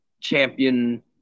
champion